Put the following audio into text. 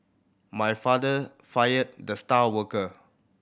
my father fired the star worker